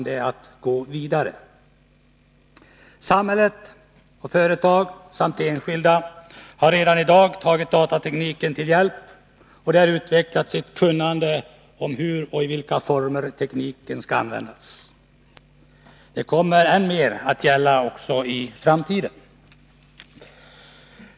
Samhälle och företag samt enskilda har redan i dag tagit datatekniken till hjälp och utvecklat sitt kunnande om hur och i vilka former tekniken skall användas. Detta kommer än mer att gälla i framtiden.